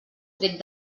tret